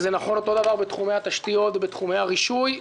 זה נכון גם בתחומי התשתיות ובתחומי הרישוי.